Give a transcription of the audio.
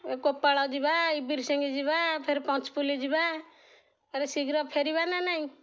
କୋପାଳ ଯିବା ବିରସିଂଙ୍ଗ ଯିବା ଫେର ପଞ୍ଚୁପଲି ଯିବା ଫେର ଶୀଘ୍ର ଫେରିବା ନା ନାଇଁ